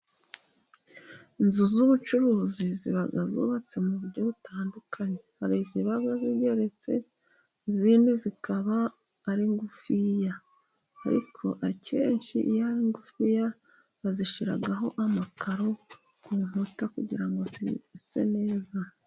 Inzu z'ubucuruzi ziba zubatse mu buryo butandukanye, hari igihe ziba zigereretse, izindi zikaba ari ngufiya, ariko akenshi iyo ari ngufiya bazishyiraho amakaro ku nkuta kugira ngo zise neza.